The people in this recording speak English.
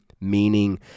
meaning